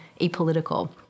apolitical